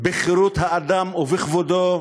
בחירות האדם ובכבודו,